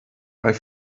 bei